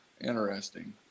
Interesting